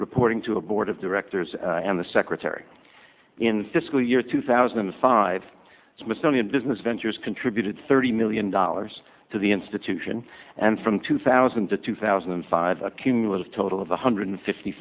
reporting to a board of directors and the secretary in fiscal year two thousand and five smithsonian business ventures contributed thirty million dollars to the institution and from two thousand to two thousand and five a cumulative total of one hundred fifty